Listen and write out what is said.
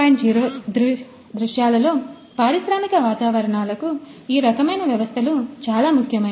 0 దృశ్యాలలో పారిశ్రామిక వాతావరణాలకు ఈ రకమైన వ్యవస్థలు చాలా ముఖ్యమైనవి